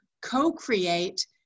co-create